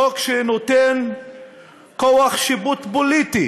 חוק שנותן כוח שיפוט פוליטי